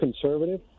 conservative